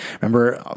Remember